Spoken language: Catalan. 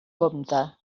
compte